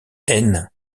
haine